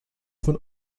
von